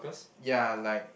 ya like